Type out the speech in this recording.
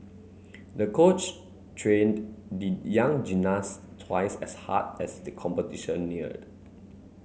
the coach trained the young gymnast twice as hard as the competition neared